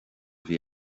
bhí